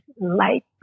light